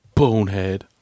Bonehead